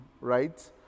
right